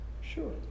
Sure